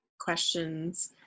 questions